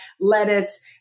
lettuce